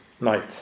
night